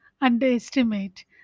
underestimate